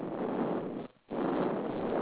red